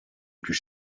plus